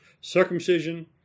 circumcision